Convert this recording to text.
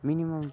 minimum